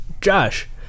Josh